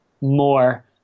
more